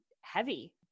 heavy